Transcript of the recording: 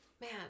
man